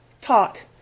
taught